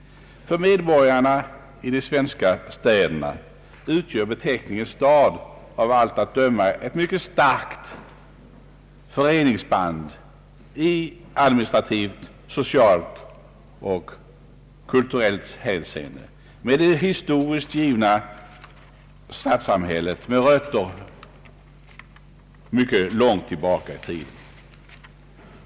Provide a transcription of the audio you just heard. För medborgarna i de svenska städerna utgör beteckningen stad av allt att döma ett mycket starkt föreningsband i administrativt, socialt och kulturellt hänseende med det historiskt givna stadssamhället som har rötter mycket långt tillbaka i tiden.